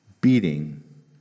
beating